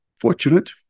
fortunate